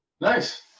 Nice